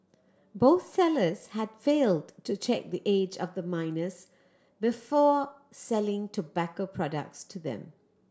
both sellers had failed to check the age of the minors before selling tobacco products to them